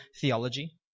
theology